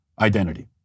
identity